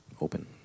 open